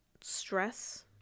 stress